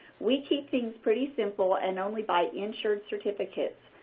we keep things pretty simple and only buy insured certificates,